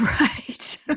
Right